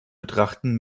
betrachten